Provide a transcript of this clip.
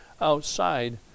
outside